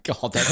God